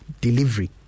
delivery